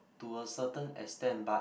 to a certain extent but